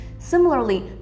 Similarly